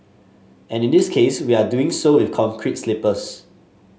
and in this case we are doing so with concrete sleepers